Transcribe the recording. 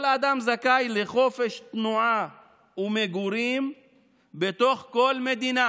"כל אדם זכאי לחופש תנועה ומגורים בתוך הגבולות של כל מדינה".